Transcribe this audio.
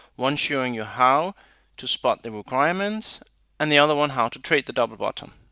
one showing you how to spot the requirements and the other one how to trade the double bottom.